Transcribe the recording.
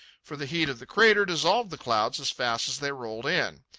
for the heat of the crater dissolved the clouds as fast as they rolled in.